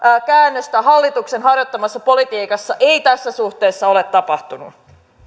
käännöstä hallituksen harjoittamassa politiikassa ei tässä suhteessa ole tapahtunut